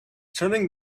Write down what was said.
turning